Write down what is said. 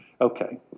okay